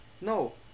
No